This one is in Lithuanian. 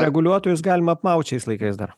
reguliuotojus galima apmaut šiais laikais dar